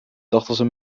tachtigste